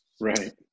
Right